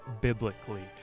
Biblically